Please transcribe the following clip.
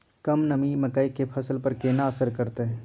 कम नमी मकई के फसल पर केना असर करतय?